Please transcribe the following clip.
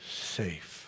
safe